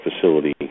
facility